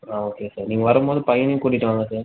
ஆ okay sir நீங்கள் வரும் போது பையனையும் கூட்டிகிட்டு வாங்க சார்